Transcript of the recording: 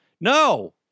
No